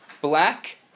black